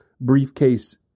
briefcase